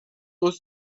was